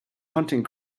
hunting